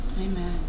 Amen